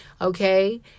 okay